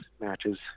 matches